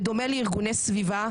בדומה לארגוני סביבה,